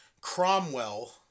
Cromwell